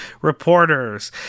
Reporters